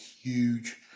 huge